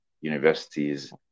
universities